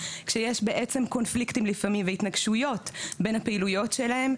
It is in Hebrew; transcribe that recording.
כאשר יש בעצם קונפליקטים לפעמים והתנגשויות בין הפעילויות שלהם.